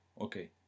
Okay